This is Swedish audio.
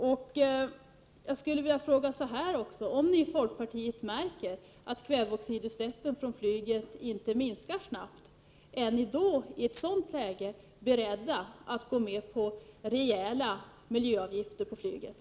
Om ni i folkpartiet märker att kväveoxidutsläppen från flyget inte minskar snabbt, är ni i ett sådant läge beredda att gå med på rejäla miljöavgifter på flyget?